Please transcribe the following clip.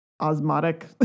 osmotic